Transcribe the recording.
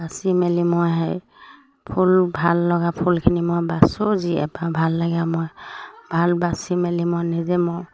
বাচি মেলি মই সেই ফুল ভাল লগা ফুলখিনি মই বাচোঁ যি এবাৰ ভাল লাগে মই ভাল বাচি মেলি মই নিজে মই